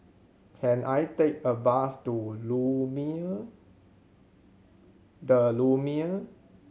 can I take a bus to Lumiere The Lumiere